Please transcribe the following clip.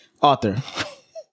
author